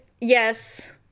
yes